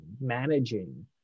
managing